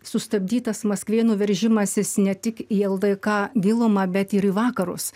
sustabdytas maskvėnų veržimasis ne tik į ldk gilumą bet ir į vakarus